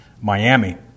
Miami